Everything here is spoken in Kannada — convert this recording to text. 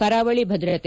ಕರಾವಳಿ ಭದ್ರತೆ